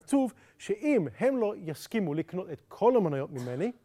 כתוב שאם הם לא יסכימו לקנות את כל המניות ממני